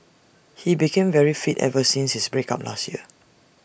he became very fit ever since his break up last year